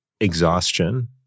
exhaustion